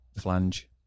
flange